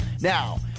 Now